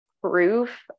proof